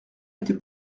été